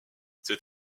cet